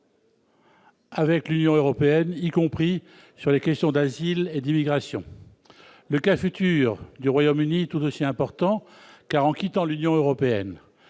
avec l'Union européenne, y compris sur les questions d'asile et d'immigration. Le cas futur du Royaume-Uni est tout aussi important, car, en quittant l'Union européenne,